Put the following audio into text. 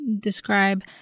describe